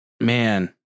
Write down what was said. Man